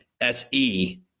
SE